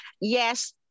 Yes